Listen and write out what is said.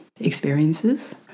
experiences